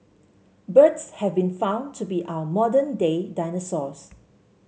birds have been found to be our modern day dinosaurs